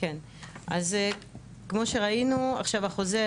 כמו שראינו, עכשיו החוזר